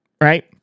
right